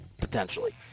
potentially